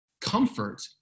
comfort